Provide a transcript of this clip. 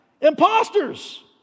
Imposters